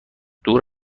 دور